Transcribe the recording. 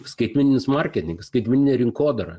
skaitmeninis marketingas skaitmeninė rinkodara